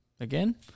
again